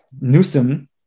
Newsom